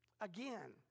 Again